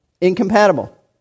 Incompatible